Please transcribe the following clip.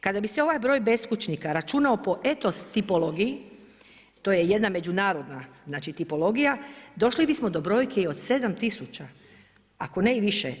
Kada bi se ovaj broj beskućnika računao po etos tipologiji, to je jedna međunarodna tipologija došli bismo do brojke i od 7000, ako ne i više.